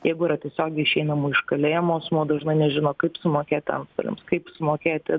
jeigu yra tiesiogiai išeinama iš kalėjimo asmuo dažnai nežino kaip sumokėti antstoliams kaip sumokėti